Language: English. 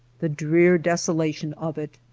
the drear desolation of it!